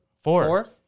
Four